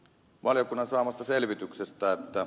valiokunnan saaman selvityksen tarvetta